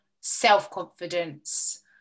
self-confidence